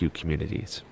communities